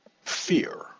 fear